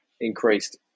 increased